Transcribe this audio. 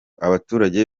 abaturage